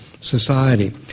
society